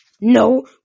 No